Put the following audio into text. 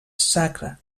sacra